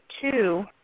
two